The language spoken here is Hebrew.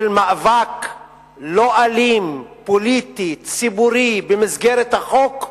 של מאבק לא אלים, פוליטי, ציבורי, במסגרת החוק?